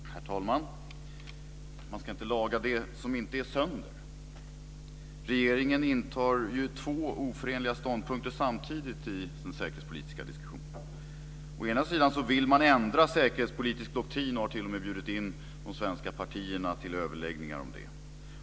Herr talman! Man ska inte laga det som inte är sönder. Regeringen intar två oförenliga ståndpunkter samtidigt i sin säkerhetspolitiska diskussion. Å ena sidan vill man ändra säkerhetspolitiska doktriner och har t.o.m. inbjudit de svenska partierna till överläggningar om det.